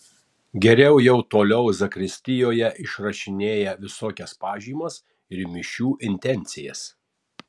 geriau jau toliau zakristijoje išrašinėja visokias pažymas ir mišių intencijas